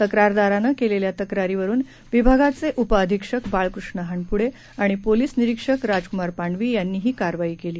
तक्रारदारानंकेलेल्यातक्रारीवरूनविभागाचेउपअधिक्षकबाळकृष्णहानपुडेआणिपोलिसनिरीक्षकराजकुमारपांडवीयांनीहीकारवाईकेली